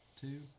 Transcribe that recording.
two